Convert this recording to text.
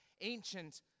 ancient